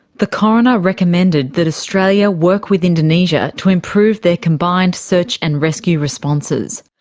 the coroner recommended that australia work with indonesia to improve their combined search and rescue responses.